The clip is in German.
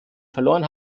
verloren